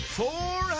four